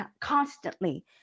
constantly